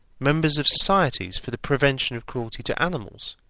members of societies for the prevention of cruelty to animals,